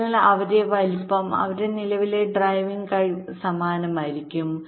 അതിനാൽ അവരുടെ വലുപ്പം അവരുടെ നിലവിലെ ഡ്രൈവിംഗ് കഴിവ് സമാനമായിരിക്കും